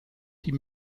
die